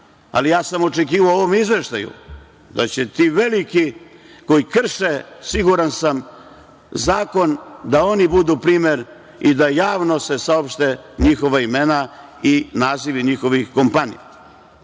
ali ja sam očekivao u ovom izveštaju da će ti veliki koji krše, siguran sam, zakon, da oni budu primer i da javno se saopšte njihova imena i nazivi njihovih kompanija. Ja